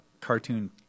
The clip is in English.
cartoon